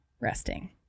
resting